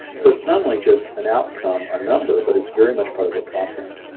so it's not only just an outcome, a number but it's very much part of a process.